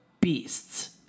beasts